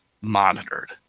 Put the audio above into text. monitored